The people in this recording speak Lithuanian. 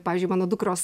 pavyzdžiui mano dukros